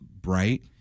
bright